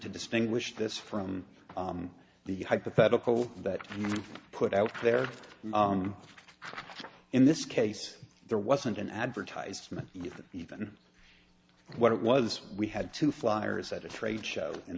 to distinguish this from the hypothetical that you put out there in this case there wasn't an advertisement even what it was we had two flyers at a trade show in